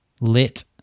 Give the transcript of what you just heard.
lit